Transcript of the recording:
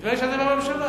נדמה לי שאתם בממשלה.